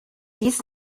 dies